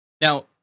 Now